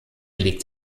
liegt